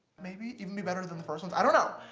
maybe even be better than the first ones. i don't know,